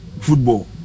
football